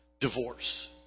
divorce